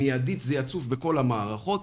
מידית זה יצוף בכל המערכות.